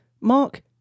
Mark